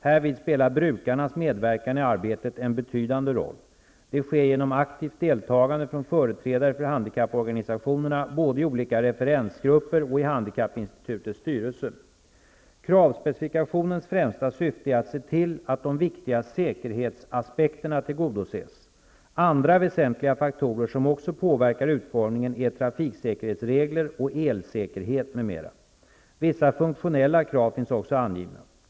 Härvid spelar brukarnas medverkan i arbetet en betydande roll. Det sker genom aktivt deltagande från företrädare för handikapporganisationerna både i olika referensgrupper och i Handikappinstitutets styrelse. Kravspecifikationens främsta syfte är att se till att de viktiga säkerhetsaspekterna tillgodoses. Andra väsentliga faktorer som också påverkar utformningen är trafiksäkerhetsregler och elsäkerhet m.m. Vissa funktionella krav finns också angivna.